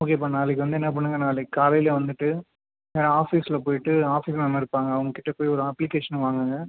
ஓகேப்பா நாளைக்கு வந்து என்ன பண்ணுங்கள் நாளைக்கு காலையில் வந்துட்டு நேராக ஆஃபீஸில் போய்விட்டு ஆஃபீஸ் மேம் இருப்பாங்க அவங்ககிட்ட போய் ஒரு அப்ளிகேஷனை வாங்குங்க